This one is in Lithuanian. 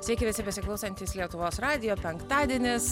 sveiki visi besiklausantys lietuvos radijo penktadienis